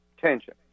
Tension